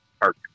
Park